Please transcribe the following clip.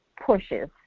pushes